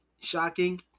shocking